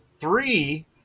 three